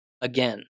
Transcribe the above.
again